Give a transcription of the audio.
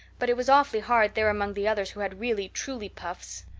but it was awfully hard there among the others who had really truly puffs.